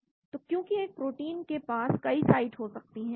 तो क्योंकि एक प्रोटीन के पास कई साइट हो सकती हैं